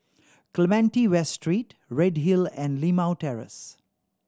Clementi West Street Redhill and Limau Terrace